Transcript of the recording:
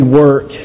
work